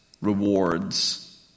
rewards